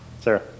Sarah